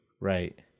Right